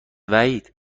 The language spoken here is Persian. وحید